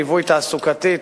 ליווי תעסוקתי,